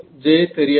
J தெரியாது